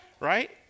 Right